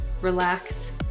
relax